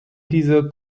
diese